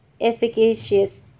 efficacious